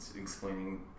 explaining